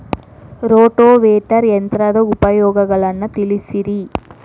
rotavator ಯಂತ್ರದ ಉಪಯೋಗಗಳನ್ನ ತಿಳಿಸಿರಿ